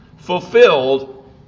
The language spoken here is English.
Fulfilled